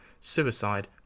suicide